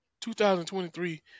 2023